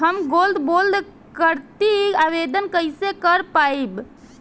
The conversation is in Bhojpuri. हम गोल्ड बोंड करतिं आवेदन कइसे कर पाइब?